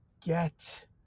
get